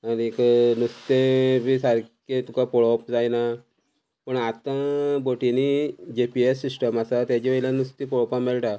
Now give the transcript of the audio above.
आनीक नुस्तें बी सारकें तुका पळोवप जायना पूण आतां बोटींनी जी पी एस सिस्टम आसा तेजे वयल्यान नुस्तें पळोवपाक मेळटा